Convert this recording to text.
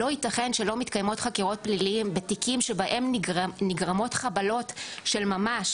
לא ייתכן שלא מתקיימות חקירות פליליות בתיקים שבהם נגרמות חבלות של ממש,